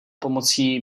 pomocí